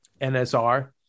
NSR